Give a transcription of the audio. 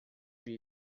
uma